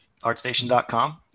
artstation.com